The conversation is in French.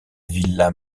vila